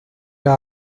las